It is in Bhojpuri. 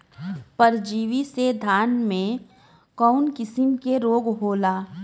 परजीवी से धान में कऊन कसम के रोग होला?